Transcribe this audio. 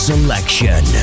Selection